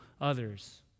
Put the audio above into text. others